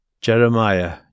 JEREMIAH